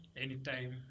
anytime